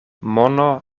mono